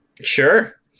Sure